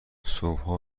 صبحا